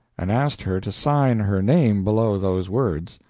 and asked her to sign her name below those words.